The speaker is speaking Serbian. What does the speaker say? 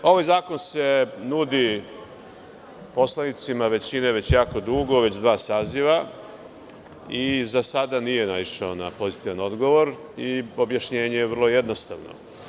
Ovaj zakon se nudi poslanicima većine već jako dugo, već dva saziva i za sada nije naišao na pozitivan odgovor i objašnjenje je vrlo jednostavno.